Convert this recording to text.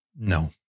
No